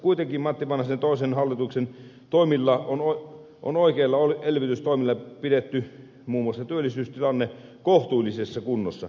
kuitenkin matti vanhasen toisen hallituksen oikeilla elvytystoimilla on pidetty muun muassa työllisyystilanne kohtuullisessa kunnossa